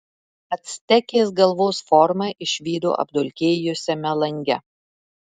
actekės galvos formą išvydo apdulkėjusiame lange